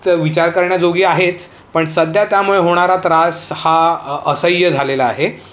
ते विचार करण्याजोगे आहेच पण सध्या त्यामुळे होणारा त्रास हा असह्य झालेला आहे